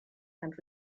and